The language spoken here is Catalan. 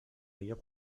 millor